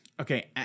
okay